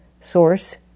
source